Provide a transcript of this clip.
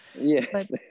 Yes